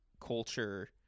culture